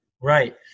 Right